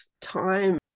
time